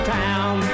town